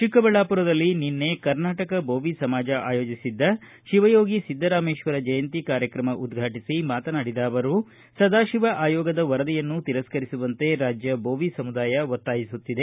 ಚಿಕ್ಕಬಳ್ಳಾಪುರದಲ್ಲಿ ನಿನ್ನೆ ಕರ್ನಾಟಕ ಬೋವಿ ಸಮಾಜ ಆಯೋಜಿಸಿದ್ದ ಶಿವಯೋಗಿ ಸಿದ್ದರಾಮೇಶ್ವರರ ಜಯಂತಿ ಕಾರ್ಯಕ್ರಮವನ್ನು ಉದ್ರಾಟಿಸಿ ಮಾತನಾಡಿದ ಅವರು ಸದಾಶಿವ ಆಯೋಗದ ವರದಿಯನ್ನು ತಿರಸ್ಕರಿಸುವಂತೆ ರಾಜ್ಯ ಬೋವಿ ಸಮುದಾಯ ಒತ್ತಾಯಿಸುತ್ತಿದೆ